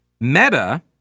Meta